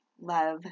love